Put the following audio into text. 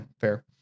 fair